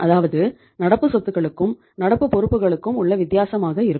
அதாவது நடப்பு சொத்துக்களுக்கும் நடப்பு பொறுப்புகளுக்கும் உள்ள வித்தியாசமாக இருக்கும்